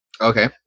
Okay